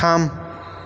थाम